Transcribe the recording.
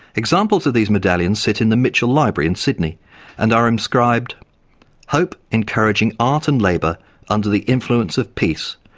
examples of these medallions sit in the mitchell library in sydney and are inscribed hope encouraging art and labour under the influence of peace,